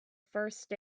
first